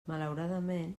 malauradament